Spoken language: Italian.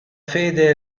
fede